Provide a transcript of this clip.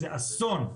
זה אסון.